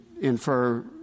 infer